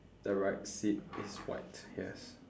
the right seat is white yes